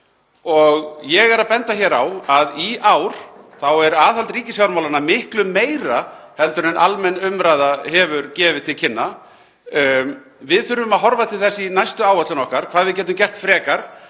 Ég er að benda hér á að í ár er aðhald ríkisfjármálanna miklu meira en almenn umræða hefur gefið til kynna. Við þurfum að horfa til þess í næstu áætlun okkar hvað við gætum gert frekar